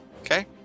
Okay